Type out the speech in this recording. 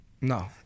No